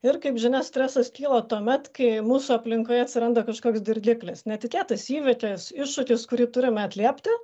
ir kaip žinia stresas kyla tuomet kai mūsų aplinkoje atsiranda kažkoks dirgiklis netikėtas įvykis iššūkis kurį turime atliepti